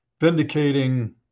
vindicating